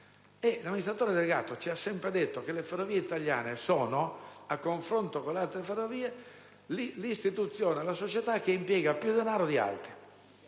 L'amministratore delegato ci ha sempre detto che le Ferrovie italiane sono, a confronto con altre ferrovie, la società che impiega più denaro di altri